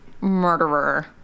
murderer-